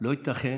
לא ייתכן